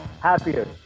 happier